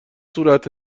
صورت